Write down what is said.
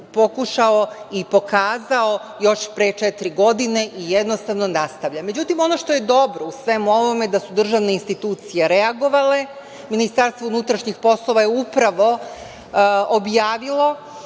pokušao i pokazao još pre četiri godine i jednostavno nastavlja.Međutim, ono što je dobro u svemu ovome da su državne institucije reagovale. Ministarstvo unutrašnjih poslova je upravo objavilo